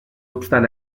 obstant